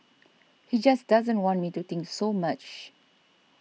he just doesn't want me to think so much